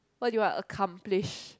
what do you want accomplish